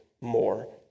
more